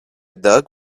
dog